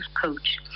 coach